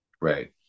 Right